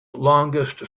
longest